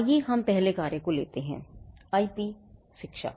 आइए हम पहले कार्य को लेते हैं आईपी शिक्षा